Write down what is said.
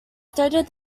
stated